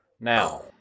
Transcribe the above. Now